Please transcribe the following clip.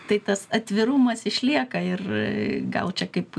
tai tas atvirumas išlieka ir gal čia kaip